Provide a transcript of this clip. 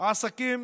עסקים